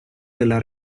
della